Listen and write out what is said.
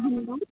હા હા